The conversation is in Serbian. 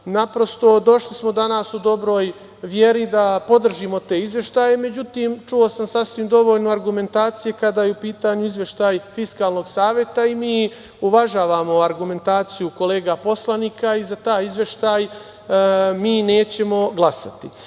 Naprosto, došli smo danas u dobroj veri da podržimo te izveštaje. Međutim, čuo sam sasvim dovoljno argumentacije kada je u pitanju izveštaj Fiskalnog saveta i mi uvažavamo argumentaciju kolega poslanika i za taj izveštaj mi nećemo glasati. Što